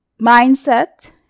mindset